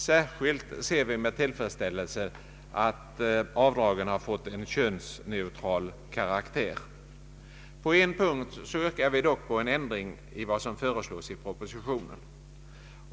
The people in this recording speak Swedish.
Särskilt ser vi med tillfredsställelse att avdragen fått en könsneutral karaktär. På en punkt yrkar vi dock en ändring gentemot vad som föreslås i propositionen.